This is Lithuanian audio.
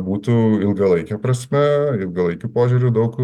būtų ilgalaike prasme ilgalaikiu požiūriu daug